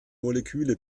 moleküle